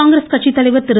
காங்கிரஸ் கட்சி தலைவர் திரு